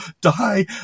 die